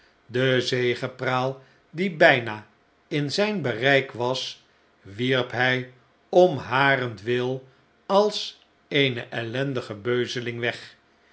de zegepraal die bijna in zijn bereik was wierp hij om harentwil als eene ellendige beuzeling weg